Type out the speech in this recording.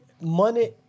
Money